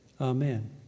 Amen